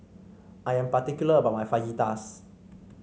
I am particular about my Fajitas